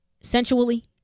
sensually